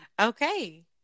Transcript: okay